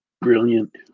brilliant